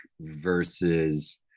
versus